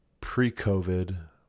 pre-COVID